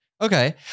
Okay